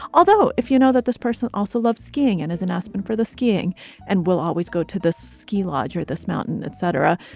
although if you know that this person also loves skiing and is in aspen for the skiing and will always go to the ski lodge or this mountain, et cetera,